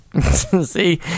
See